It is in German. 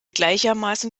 gleichermaßen